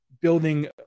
building